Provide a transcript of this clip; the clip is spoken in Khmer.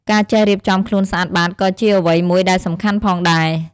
ការចេះរៀបចំខ្លួនស្អាតបាតក៏ជាអ្វីមួយដែលសំខាន់ផងដែរ។